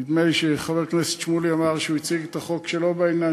ונדמה לי שחבר הכנסת שמולי אמר כשהוא הציג את החוק שלו בעניין